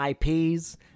IPs